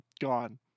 gone